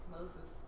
Moses